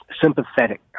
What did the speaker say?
sympathetic